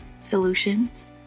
solutions